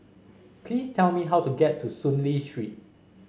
please tell me how to get to Soon Lee Street